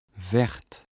verte